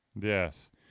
Yes